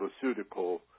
pharmaceutical